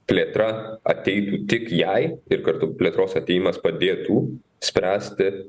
plėtra ateitų tik jai ir kartu plėtros atėjimas padėtų spręsti